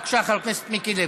בבקשה, חבר הכנסת מיקי לוי.